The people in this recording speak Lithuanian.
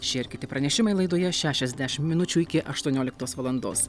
šie ir kiti pranešimai laidoje šešiasdešim minučių iki aštuonioliktos valandos